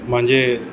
मांजे